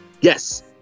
Yes